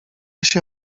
się